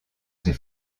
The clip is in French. ses